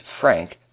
Frank